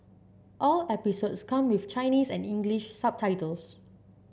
all episodes come with Chinese and English subtitles